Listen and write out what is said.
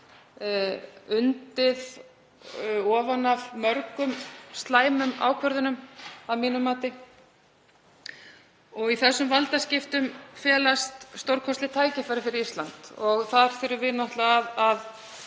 undið ofan af mörgum slæmum ákvörðunum, að mínu mati. Í þessum valdaskiptum felast stórkostleg tækifæri fyrir Ísland. Þar þurfum við náttúrlega að